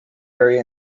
area